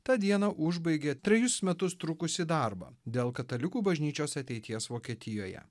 tą dieną užbaigė trejus metus trukusį darbą dėl katalikų bažnyčios ateities vokietijoje